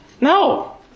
No